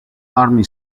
army